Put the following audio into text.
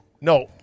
No